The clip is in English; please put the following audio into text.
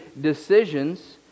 decisions